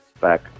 back